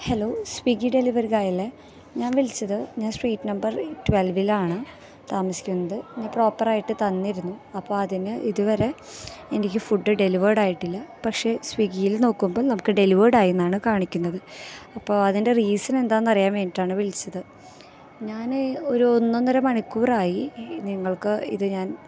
hello Swiggy delivery ഗായല്ലേ ഞാന് വിളിച്ചത് ഞാന് സ്ട്രീറ്റ് നമ്പര് ട്വല്വിലാണ് താമസിക്കുന്നത് ഇനി പ്രോപ്പറായിട്ടു തന്നിരുന്നു അപ്പോൾ അതിന് ഇതുവരെ എനിക്ക് ഫുഡ് ഡെലിവേഡായിട്ടില്ല പക്ഷെ സ്വിഗ്ഗിയിൽ നോക്കുമ്പം നമുക്ക് ഡെലിവേഡായിയെന്നാണ് കാണിക്കുന്നത് അപ്പോൾ അതിന്റെ റീസണെന്താണെന്നറിയാന് വേണ്ടിയിട്ടാണ് വിളിച്ചത് ഞാൻ ഒരു ഒന്നൊന്നര മണിക്കൂറായി നിങ്ങള്ക്ക് ഇത് ഞാന്